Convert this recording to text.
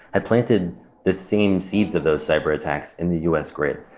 had planted the same seeds of those cyber attacks in the us grid.